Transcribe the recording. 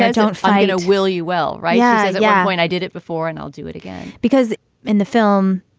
ah don't fight, will you? well, right. yeah yeah when i did it before and i'll do it again because in the film,